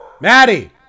Maddie